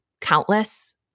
Countless